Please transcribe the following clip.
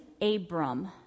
Abram